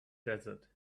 desert